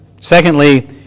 Secondly